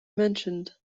mentioned